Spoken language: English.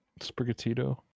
Sprigatito